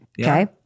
Okay